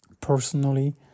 Personally